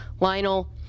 Lionel